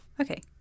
Okay